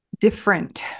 different